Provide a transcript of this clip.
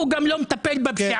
הוא גם לא מטפל בפשיעה.